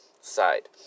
side